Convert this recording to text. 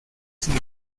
sin